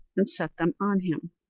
and set them on him.